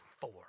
four